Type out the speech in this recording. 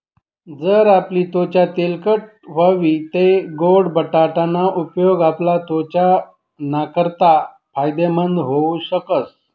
जर आपली त्वचा तेलकट व्हयी तै गोड बटाटा ना उपेग आपला त्वचा नाकारता फायदेमंद व्हऊ शकस